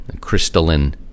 crystalline